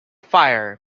fire